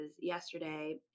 yesterday